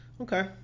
Okay